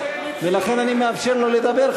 ולכן אני מאפשר לו לדבר,